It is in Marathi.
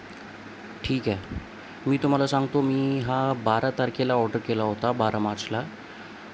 ठीक आहे मी तुम्हाला सांगतो मी हा बारा तारखेला ऑर्डर केला होता बारा मार्चला